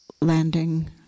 landing